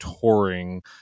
touring